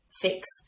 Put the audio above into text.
fix